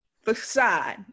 facade